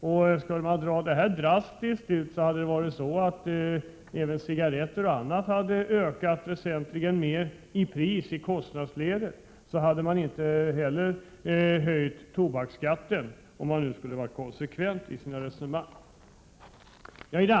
Skulle man resonera drastiskt och konsekvent skulle även cigaretter och annat som blivit väsentligt dyrare inte bli föremål för en skattehöjning.